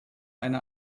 eine